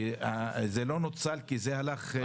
שזה לא נוצל כי זה הלך,